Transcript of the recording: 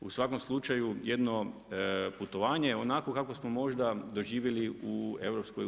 U svakom slučaju jedno putovanje onako kako smo možda doživjeli u EU.